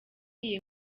iyi